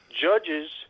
Judges